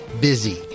busy